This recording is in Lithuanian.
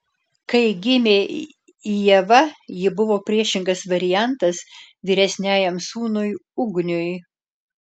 kai gimė ieva ji buvo priešingas variantas vyresniajam sūnui ugniui